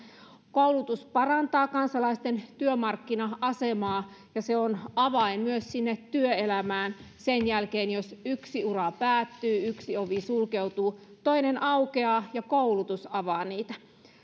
koulutus parantaa kansalaisten työmarkkina asemaa ja se on avain myös sinne työelämään sen jälkeen jos yksi ura päättyy yksi ovi sulkeutuu toinen aukeaa ja koulutus avaa niitä